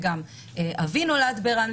גם אבי נולד ברמלה,